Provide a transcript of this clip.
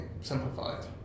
simplified